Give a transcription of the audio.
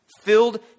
Filled